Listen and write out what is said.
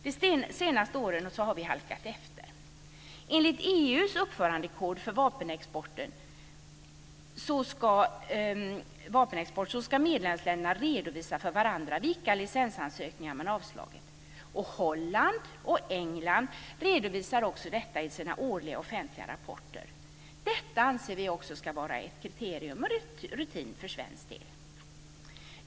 De senaste åren har vi halkat efter. Enligt EU:s uppförandekod för vapenexport ska medlemsländerna redovisa för varandra vilka licensansökningar man avslagit. Holland och England redovisar också detta i sina årliga offentliga rapporter. Detta anser vi också ska vara ett kriterium och rutin för svensk del.